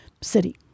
city